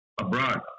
abroad